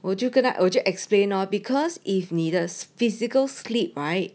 我就 gonna explain or because if 你的 physical slip right